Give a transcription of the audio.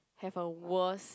have a worst